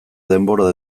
denbora